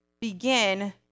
begin